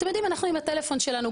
אתם יודעים אנחנו עם הפלאפון שלנו.